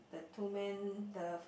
the two men the